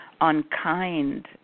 unkind